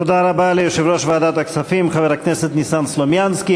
תודה רבה ליושב-ראש ועדת הכספים חבר הכנסת ניסן סלומינסקי.